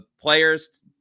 players